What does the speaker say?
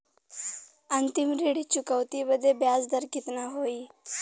अंतिम ऋण चुकौती बदे ब्याज दर कितना होई?